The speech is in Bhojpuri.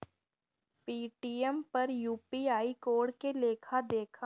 पेटीएम पर यू.पी.आई कोड के लेखा देखम?